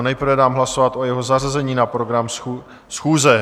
Nejprve dám hlasovat o jeho zařazení na program schůze.